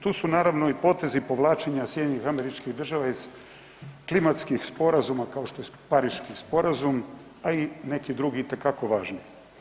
Tu su naravno i potezi povlačenja SAD-a iz klimatskih sporazuma kao što je Pariški sporazum, a i neki drugi itekako važni.